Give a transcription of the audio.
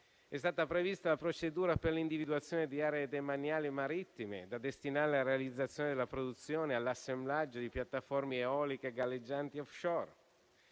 È stata prevista la procedura per l'individuazione di aree demaniali marittime da destinare alla realizzazione, alla produzione e all'assemblaggio di piattaforme eoliche galleggianti *offshore*.